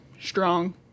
strong